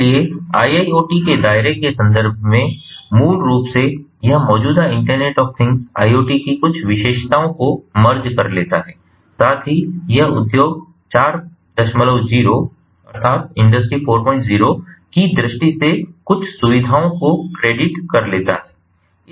इसलिए IIoT के दायरे के संदर्भ में मूल रूप से यह मौजूदा इंटरनेट ऑफ़ थिंग्स IoT की कुछ विशेषताओं को मर्ज कर लेता है साथ ही यह उद्योग 40 industry 40 की दृष्टि से कुछ सुविधाओं को क्रेडिट कर लेता है